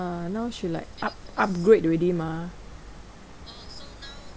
now she like up~ upgrade already mah